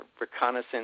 reconnaissance